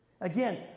Again